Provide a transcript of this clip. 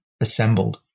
assembled